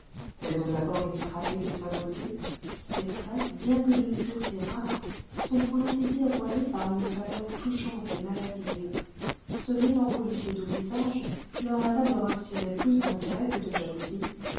elles ont été d'abord frappées de sa beauté ses traits bien que d'une pureté rare sont pour ainsi dire voilés par une pâleur touchante et maladive ce mélancolique et doux visage leur a d'abord inspiré plus d'intérêt que de jalousie